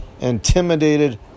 intimidated